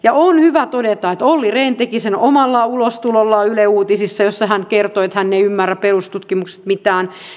on hyvä todeta että olli rehn teki sen omalla ulostulollaan yle uutisissa joissa hän kertoi että hän ei ymmärrä perustutkimuksesta mitään